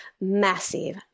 massive